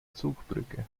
zugbrücke